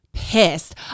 pissed